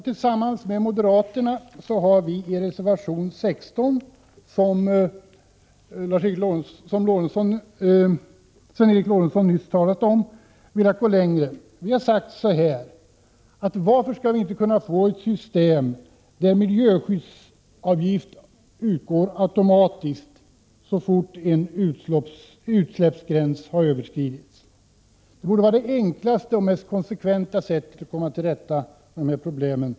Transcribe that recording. Tillsammans med moderaterna har vi i reservation 16, som Sven Eric Lorentzon nyss talade om, markerat detta. Vi har sagt: Varför skulle vi inte kunna få ett system där miljöskyddsavgift utgår automatiskt så fort en utsläppsgräns har överskridits? Det borde vara det enklaste och mest konsekventa sättet att komma till rätta med de här problemen.